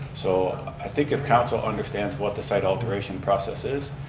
so i think if council understands what the site alteration process is,